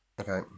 Okay